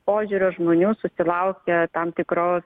požiūrio žmonių susilaukia tam tikro